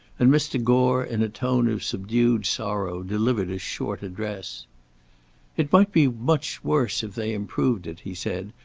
and mr. gore, in a tone of subdued sorrow, delivered a short address it might be much worse if they improved it, he said,